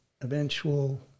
eventual